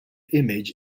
image